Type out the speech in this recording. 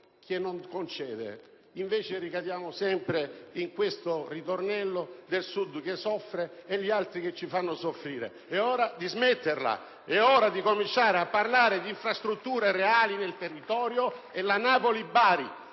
che non concede. Ricadiamo sempre in questo ritornello del Sud che soffre e degli altri che ci fanno soffrire: è ora di smetterla, è ora di cominciare a parlare di infrastrutture reali nel territorio. *(Applausi